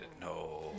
No